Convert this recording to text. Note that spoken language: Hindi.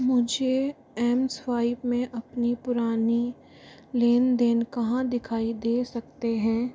मुझे एम स्वाइप में अपनी पुरानी लेन देन कहाँ दिखाई दे सकते हैं